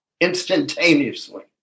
instantaneously